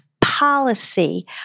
policy